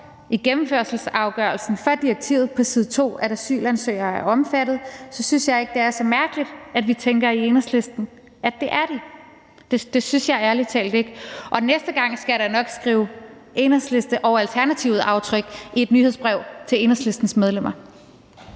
i gennemførelsesafgørelsen for direktivet på side 2, at asylansøgere er omfattet, synes jeg ikke, det er så mærkeligt, at vi i Enhedslisten tænker, at det er de – det synes jeg ærlig talt ikke. Og næste gang skal jeg da nok skrive »Enhedsliste- og Alternativetaftryk« i et nyhedsbrev til Enhedslistens medlemmer.